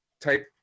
type